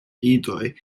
idoj